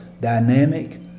dynamic